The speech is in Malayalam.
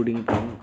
കുടുങ്ങിപ്പോവും